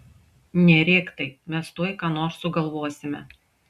nerėk taip mes tuoj ką nors sugalvosime